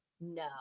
No